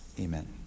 Amen